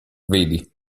vedi